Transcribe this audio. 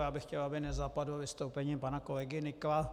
Já bych chtěl, aby nezapadlo vystoupení pana kolegy Nykla.